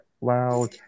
loud